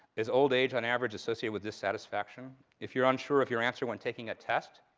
is old age, on average, associated with dissatisfaction? if you're unsure of your answer when taking a test,